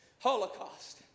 Holocaust